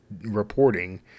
reporting